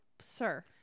sir